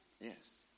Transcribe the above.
Yes